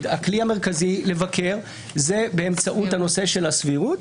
הכלי המרכזי לבקר זה באמצעות הנושא של הסבירות.